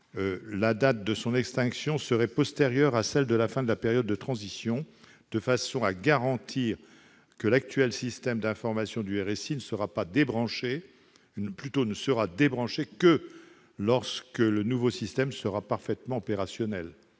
la date d'extinction serait postérieure à celle de la fin de la période de transition, de façon à garantir que l'actuel système d'information du RSI ne soit débranché que lorsque le nouveau système est parfaitement opérationnel.